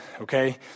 Okay